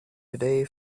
today